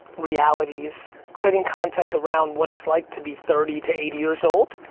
realities, creating content around what it's like to be thirty to eighty years old,